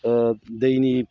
दैनि